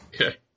Okay